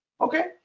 Okay